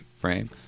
frame